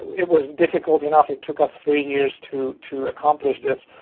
it was difficult enough it took us three years to to accomplish this.